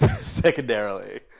Secondarily